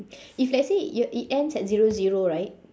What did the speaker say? if let's say you~ it ends at zero zero right